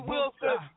Wilson